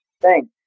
Thanks